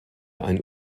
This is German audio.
ein